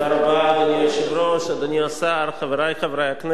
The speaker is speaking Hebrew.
אדוני היושב-ראש, אדוני השר, חברי חברי הכנסת,